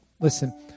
listen